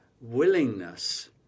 willingness